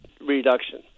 reduction